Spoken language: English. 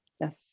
Yes